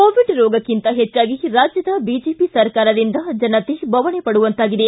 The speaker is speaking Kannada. ಕೋವಿಡ್ ರೋಗಕ್ಕಿಂತ ಹೆಚ್ಚಾಗಿ ರಾಜ್ಯದ ಬಿಜೆಪಿ ಸರ್ಕಾರದಿಂದ ಜನತೆ ಬವಣೆ ಪಡುವಂತಾಗಿದೆ